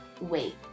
wait